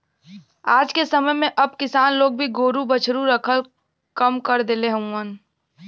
आजके समय में अब किसान लोग भी गोरु बछरू रखल कम कर देहले हउव